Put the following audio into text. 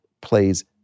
plays